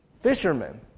fishermen